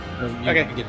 Okay